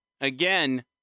Again